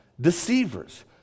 deceivers